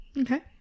okay